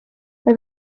mae